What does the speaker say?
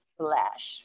flash